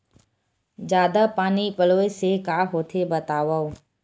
जादा पानी पलोय से का होथे बतावव?